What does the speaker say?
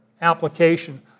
application